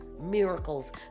miracles